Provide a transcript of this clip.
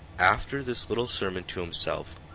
after this little sermon to himself,